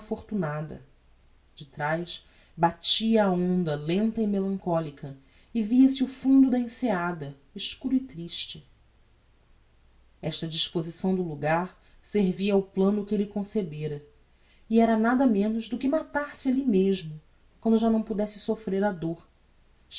mansão afortunada detraz batia a onda lenta e melancolica e via-se o fundo da enseada escuro e triste esta disposição do logar servia ao plano que elle concebera e era nada menos do que matar-se alli mesmo quando já não pudesse soffrer a dor